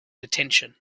attention